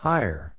Higher